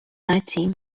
нації